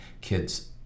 kids